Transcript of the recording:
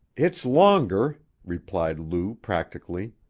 it's longer, replied lou practically.